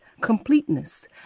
completeness